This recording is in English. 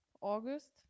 august